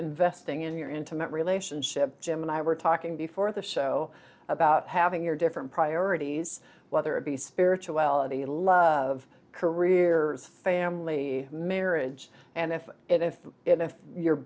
investing in your intimate relationship jim and i were talking before the show about having your different priorities whether it be spirituality love careers family marriage and if it if it if you're